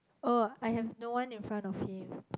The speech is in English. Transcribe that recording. oh I have no one in front of him